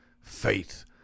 Faith